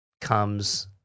comes